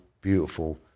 beautiful